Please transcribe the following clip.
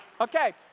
Okay